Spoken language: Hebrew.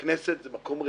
הכנסת זה מקום רציני,